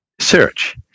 search